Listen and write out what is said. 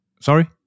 Sorry